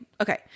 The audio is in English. Okay